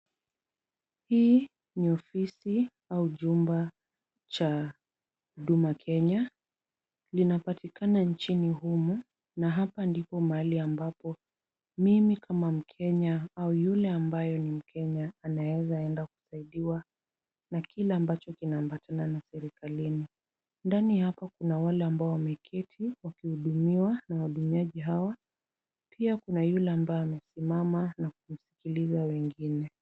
Hii ni ofisi au jumba cha huduma Kenya. Linapatikana nchini humu na hapa ndipo mahali ambapo mimi kama mkenya au yule ambaye ni mkenya anaezaenda kusaidiwa na kile ambacho kinaambatana na serikalini. Ndani hapo kuna wale ambao wameketi wakihudumiwa na wahudumiaji hawa. Pia kuna yule ambaye amesimama na kusikiliza wengine.